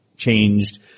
changed